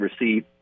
receive